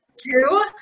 two